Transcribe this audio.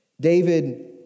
David